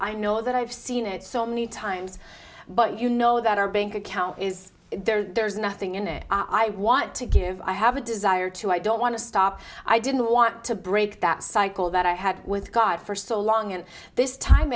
i know that i've seen it so many times but you know that our being account is there's nothing in it i want to give i have a desire to i don't want to stop i didn't want to break that cycle that i had with god for so long and this time